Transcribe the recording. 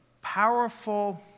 powerful